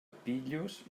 pillos